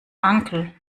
uncle